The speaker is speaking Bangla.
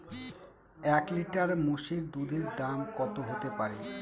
এক লিটার মোষের দুধের দাম কত হতেপারে?